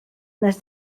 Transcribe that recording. nes